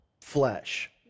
flesh